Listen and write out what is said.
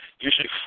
usually